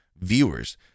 viewers